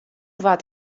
wat